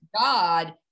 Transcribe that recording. God